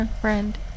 Friend